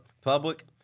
public